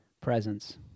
presence